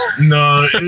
no